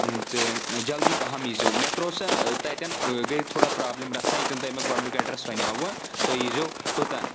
تہٕ جلدی پَہَم یی زیو مےٚ ترٛوو سا تَتؠن گٔے تھوڑا پرابلِم رَژھَا ییٚتؠن تۄہہِ مےٚ گۄڈنیُک ایٚڈرَس وَنوٕ تُہۍ یی زیو توٚتَن